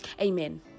Amen